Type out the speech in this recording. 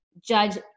judge